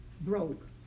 broke